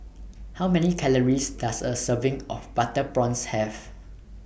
How Many Calories Does A Serving of Butter Prawns Have